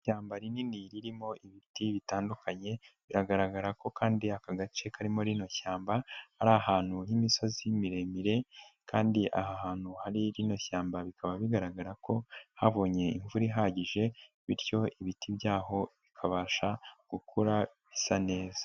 Ishyamba rinini ririmo ibiti bitandukanye biragaragara ko kandi aka gace karimo rino shyamba ari ahantu h'imisozi miremire, kandi aha hantu hari ririya shyamba bikaba bigaragara ko habonye imvura ihagije, bityo ibiti byaho bikabasha gukura bisa neza.